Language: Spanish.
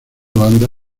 banda